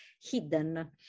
hidden